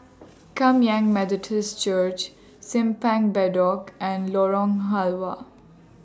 Kum Yan Methodist Church Simpang Bedok and Lorong Halwa